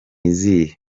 izihe